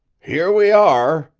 here we are!